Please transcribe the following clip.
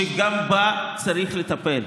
שגם בה צריך לטפל.